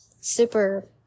super